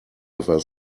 ever